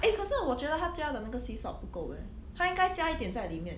eh 可是我觉得他加的那个 sea salt 不够 eh 他应该加一点在里面